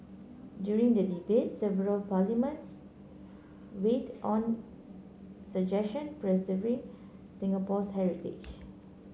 during the debate several parliaments weighed on suggestion preserving Singapore's heritage